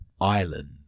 Island